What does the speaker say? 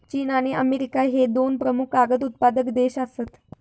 चीन आणि अमेरिका ह्ये दोन प्रमुख कागद उत्पादक देश आसत